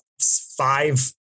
five